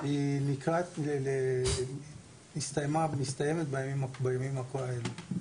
היא לקראת סיום בימים הקרובים.